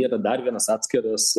tai yra dar vienas atskiras